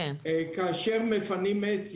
כאשר מפנים עץ,